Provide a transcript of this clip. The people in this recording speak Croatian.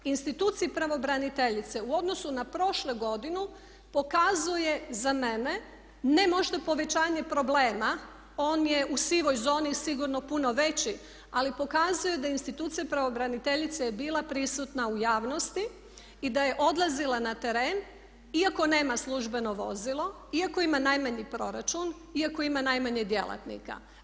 Instituciji pravobraniteljice u odnosu na prošlu godinu pokazuje za mene ne možda povećanje problema, on je u sivoj zoni i sigurno puno veći, ali pokazuje da institucija pravobraniteljice je bila prisutna u javnosti i da je odlazila na teren iako nema službeno vozilo, iako ima najmanji proračun, iako ima najmanje djelatnika.